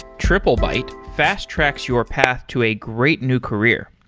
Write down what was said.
triplebyte fast tracks your path to a great new career.